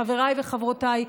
חבריי וחברותיי,